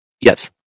Yes